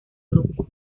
grupo